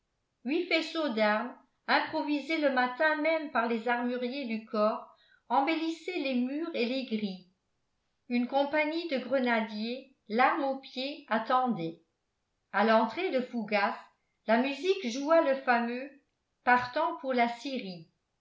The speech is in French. huit faisceaux d'armes improvisés le matin même par les armuriers du corps embellissaient les murs et les grilles une compagnie de grenadiers l'arme au pied attendait à l'entrée de fougas la musique joua le fameux partant pour la syrie